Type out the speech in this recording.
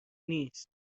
نیست